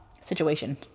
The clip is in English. situation